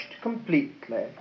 completely